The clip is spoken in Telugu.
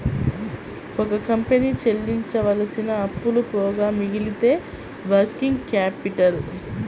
ఒక కంపెనీ చెల్లించవలసిన అప్పులు పోగా మిగిలినదే వర్కింగ్ క్యాపిటల్